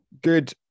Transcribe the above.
good